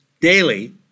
daily